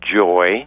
joy